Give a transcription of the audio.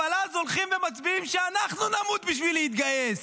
אבל אז הם מצביעים שאנחנו נמות בשביל להתגייס.